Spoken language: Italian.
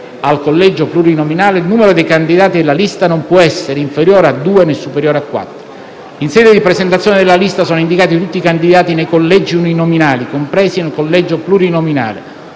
il numero dei candidati della lista non può essere inferiore a due né superiore a quattro. In sede di presentazione della lista sono indicati tutti i candidati nei collegi uninominali compresi nel collegio plurinominale;